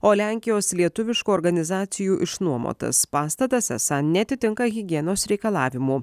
o lenkijos lietuviškų organizacijų išnuomotas pastatas esą neatitinka higienos reikalavimų